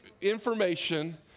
information